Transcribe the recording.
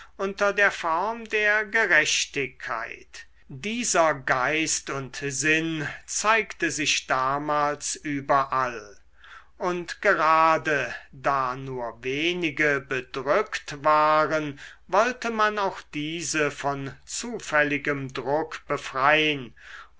unter der form der gerechtigkeit dieser geist und sinn zeigte sich damals überall und gerade da nur wenige bedrückt waren wollte man auch diese von zufälligem druck befrein